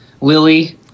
Lily